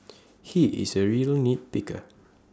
he is A real nit picker